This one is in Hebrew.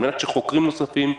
על מנת שחוקרים נוספים ייחשפו,